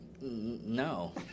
No